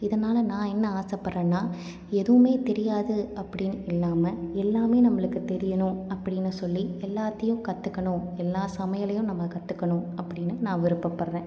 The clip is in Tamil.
இதனால் நான் என்ன ஆசைப்பட்றேனா எதுவுமே தெரியாது அப்படின்னு இல்லாமல் எல்லாமே நம்மளுக்கு தெரியணும் அப்படின்னு சொல்லி எல்லாத்தையும் கற்றுக்கணும் எல்லா சமையலையும் நம்ம கற்றுக்கணும் அப்பன்டினு நான் விருப்பப்படுறேன்